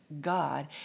God